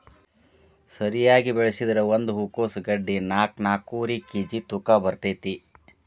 ಸರಿಯಾಗಿ ಬೆಳಸಿದ್ರ ಒಂದ ಹೂಕೋಸ್ ಗಡ್ಡಿ ನಾಕ್ನಾಕ್ಕುವರಿ ಕೇಜಿ ತೂಕ ಬರ್ತೈತಿ